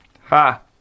Ha